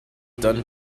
done